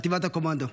חטיבת הקומנדו.